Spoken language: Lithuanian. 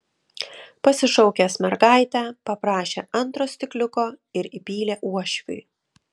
pasišaukęs mergaitę paprašė antro stikliuko ir įpylė uošviui